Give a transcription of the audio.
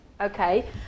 Okay